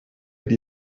die